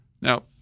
Now